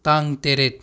ꯇꯥꯡ ꯇꯔꯦꯠ